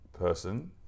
person